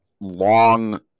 long